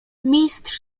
mistrz